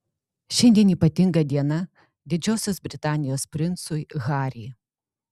šiandien ypatinga diena didžiosios britanijos princui harry